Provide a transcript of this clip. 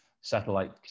satellite